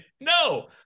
no